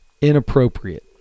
Inappropriate